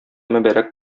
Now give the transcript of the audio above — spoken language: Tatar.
мөбарәк